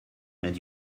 made